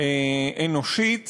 אנושית